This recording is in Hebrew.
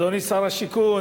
אדוני שר השיכון,